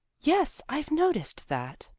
yes, i've noticed that,